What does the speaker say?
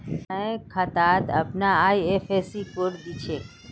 हर bank खातात अपनार IFSC code दि छे